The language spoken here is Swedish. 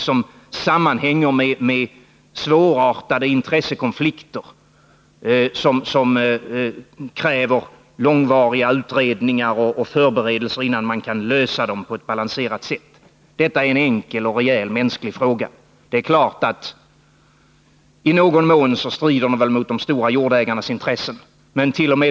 Den sammanhänger inte heller med svårartade intressekonflikter som kräver långvariga utredningar och förberedelser innan man kan lösa frågan på ett balanserat sätt. Detta är en enkel och rejäl mänsklig fråga. Det är klart att den i någon mån strider mot de stora jordägarnas intressen.